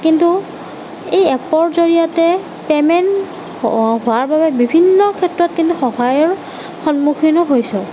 কিন্তু এই এপৰ জৰিয়তে পে'মেণ্ট হোৱাৰ বাবে বিভিন্ন ক্ষেত্ৰত কিন্তু সহায়ৰ সন্মুখীনো হৈছোঁ